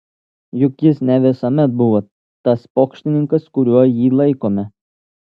juk jis ne visuomet buvo tas pokštininkas kuriuo jį laikome